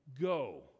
Go